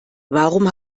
warum